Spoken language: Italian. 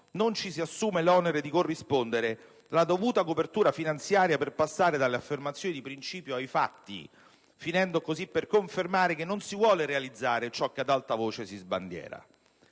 senza poi assumersi l'onere di corrispondere la dovuta copertura finanziaria per passare dalle affermazioni di principio ai fatti, finendo così per confermare che non si vuole realizzare ciò che ad alta voce si sbandiera?